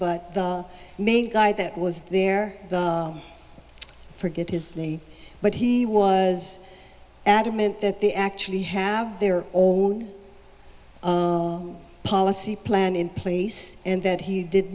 but the main guy that was there i forget his name but he was adamant that they actually have their own policy plan in place in that he did